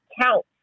count